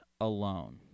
alone